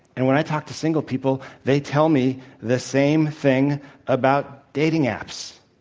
and when i talk to single people, they tell me the same thing about dating apps.